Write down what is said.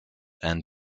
and